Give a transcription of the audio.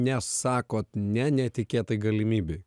nes sakot ne netikėtai galimybei